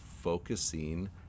focusing